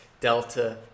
delta